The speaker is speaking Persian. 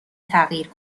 تغییر